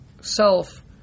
self